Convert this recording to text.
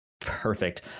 perfect